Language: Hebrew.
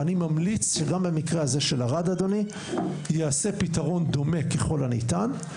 ואני ממליץ שגם במקרה הזה של ערד אדוני יעשה פתרון דומה ככל הניתן.